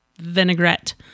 vinaigrette